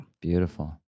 Beautiful